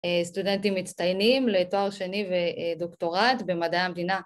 ‫סטודנטים מצטיינים ‫לתואר שני ודוקטורט במדעי המדינה.